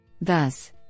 Thus